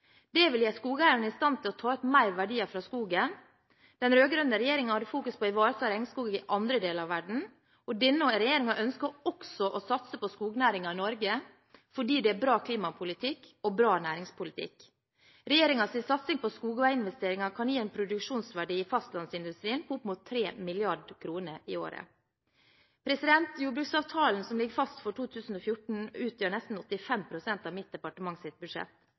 Det vil gjøre skogeierne i stand til å ta ut større verdier fra skogen. Den rød-grønne regjeringen hadde fokus på å ivareta regnskog i andre deler av verden. Denne regjeringen ønsker også å satse på skognæringen i Norge, fordi det er bra klimapolitikk og bra næringspolitikk. Regjeringens satsing på skogsveiinvesteringer kan gi en produksjonsverdi i fastlandsindustrien på opp mot 3 mrd. kr i året. Jordbruksavtalen som ligger fast for 2014, utgjør nesten 85 pst. av mitt departements budsjett.